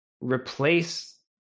replace